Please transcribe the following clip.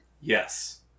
Yes